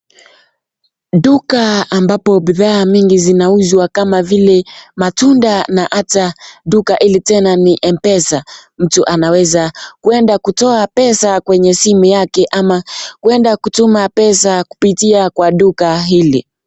Duka ambapo bidhaa mingi zinauzwa kama vile matunda na ata duka hili tena ni M-PESA. Mtu anaweza kueda kutoa pesa kwenye simu yake ama kueda kutuma pesa kupitia kwa duka hili.